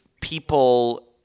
people